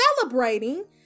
celebrating